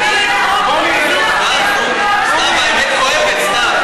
יוצאת מאולם המליאה.) האמת כואבת, סתיו.